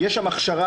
יש שם הכשרה,